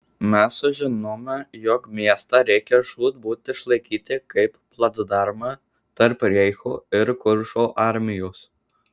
mes sužinome jog miestą reikia žūtbūt išlaikyti kaip placdarmą tarp reicho ir kuršo armijos